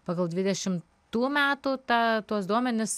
pagal dvidešim tų metų tą tuos duomenis